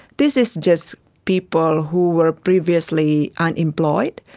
this is just people who were previously unemployed,